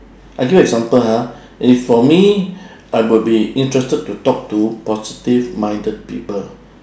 I give you example ha if for me I will be interested to talk to positive minded people